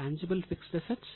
tangible fixed assets